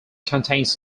contains